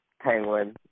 Penguin